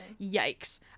yikes